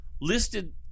listed